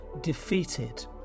defeated